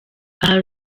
aha